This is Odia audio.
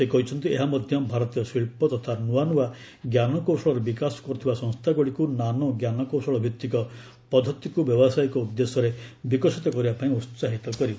ସେ କହିଛନ୍ତି ଏହା ମଧ୍ୟ ଭାରତୀୟ ଶିଳ୍ପ ତଥା ନୂଆ ନୂଆ ଞ୍ଜାନକୌଶଳର ବିକାଶ କରୁଥିବା ସଂସ୍ଥାଗୁଡ଼ିକୁ ନାନୋ ଜ୍ଞାନକୌଶଳ ଭିତ୍ତିକ ପଦ୍ଧତିକୁ ବ୍ୟବସାୟିକ ଉଦ୍ଦେଶ୍ୟରେ ବିକଶିତ କରିବା ପାଇଁ ଉତ୍ସାହିତ କରିବ